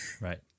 Right